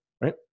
Right